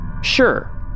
Sure